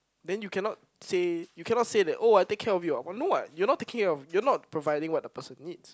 then you cannot say you cannot say that oh I take care of you no what you're not take care of you're not providing what the person needs